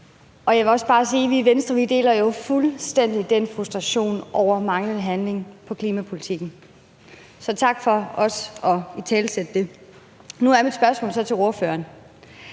Jeg vil også bare sige, at vi i Venstre jo fuldstændig deler den frustration over manglende handling på klimapolitikken. Så tak for også at italesætte det. Nu er mit spørgsmål så til ordføreren: